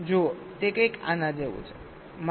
જુઓ તે કંઈક આના જેવું છે